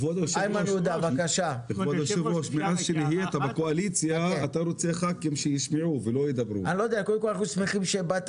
ברוב המקרים האנשים אפילו לא מקבלים את